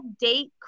Date